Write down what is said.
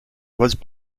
was